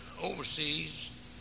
overseas